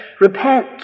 Repent